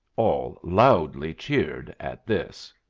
all loudly cheered at this.